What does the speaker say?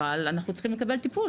אבל אנחנו צריכים לקבל טיפול.